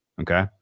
Okay